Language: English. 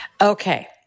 Okay